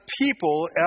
people